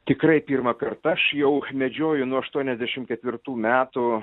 tikrai pirmąkart aš jau medžioju nuo aštuoniasdešim ketvirtų metų